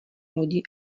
lodi